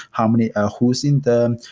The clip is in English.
how many, ah who's in them,